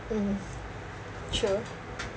mm true